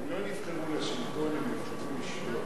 הם לא נבחרו לשלטון, הם נבחרו לשלוט.